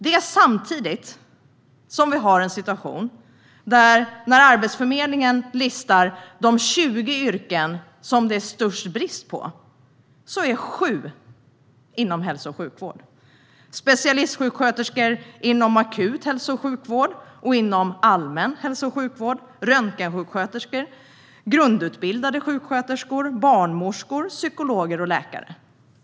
Detta samtidigt som vi har en situation där vi när Arbetsförmedlingen listar de 20 yrken som det är störst brist på kan se att sju är inom hälso och sjukvård: specialistsjuksköterskor inom akut hälso och sjukvård och inom allmän hälso och sjukvård, röntgensjuksköterskor, grundutbildade sjuksköterskor, barnmorskor, psykologer och läkare.